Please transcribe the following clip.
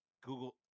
Google